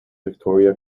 victoria